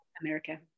America